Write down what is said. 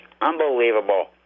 unbelievable